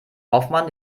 hoffmann